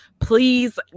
please